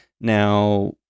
Now